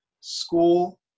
school